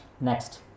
Next